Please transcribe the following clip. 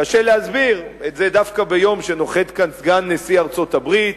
קשה להסביר את זה דווקא ביום שנוחת כאן סגן נשיא ארצות-הברית,